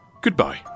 goodbye